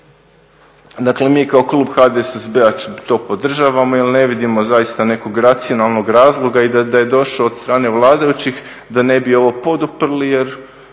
dakle mi kao klub HDSSB-a to podržavamo jer ne vidimo zaista nekog racionalnog razloga i da je došao od strane vladajućih da ne bi ovo poduprli jer